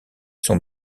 sont